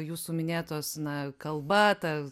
jūsų minėtos na kalba ta